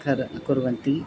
कर् कुर्वन्ति